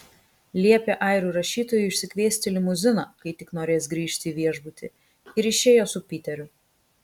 liepė airių rašytojui išsikviesti limuziną kai tik norės grįžti į viešbutį ir išėjo su piteriu